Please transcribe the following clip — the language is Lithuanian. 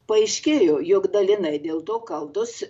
paaiškėjo jog dalinai dėl to kaltos